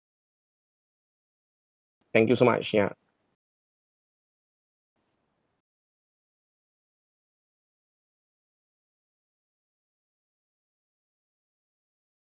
thank you so much ya